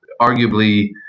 arguably